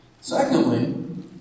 Secondly